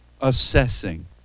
assessing